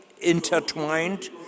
intertwined